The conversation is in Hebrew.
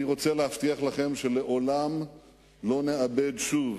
אני רוצה להבטיח לכם שלעולם לא נאבד שוב